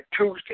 Tuesday